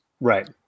Right